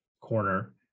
corner